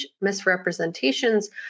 misrepresentations